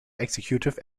executive